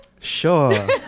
Sure